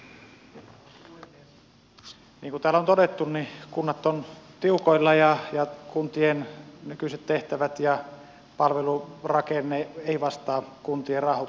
niin kuin täällä on todettu kunnat ovat tiukoilla ja kuntien nykyiset tehtävät ja palvelurakenne eivät vastaa kuntien rahoituspohjaa